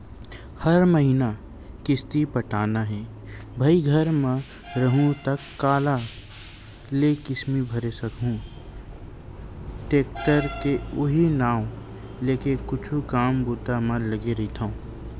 हर महिना किस्ती पटाना हे भई घर म रइहूँ त काँहा ले किस्ती भरे सकहूं टेक्टर के उहीं नांव लेके कुछु काम बूता म लगे रहिथव